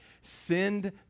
send